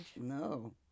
No